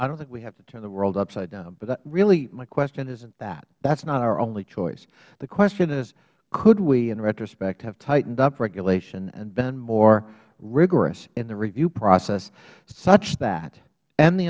i don't think we have to turn the world upside down but really my question isn't that that's not our only choice the question is could we in retrospect have tightened up regulation and been more rigorous in the review process such that and the